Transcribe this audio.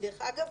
דרך אגב,